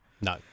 no